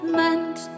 meant